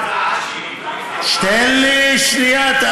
ההצעה שלי, תן לי שנייה.